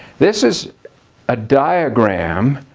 this is a diagram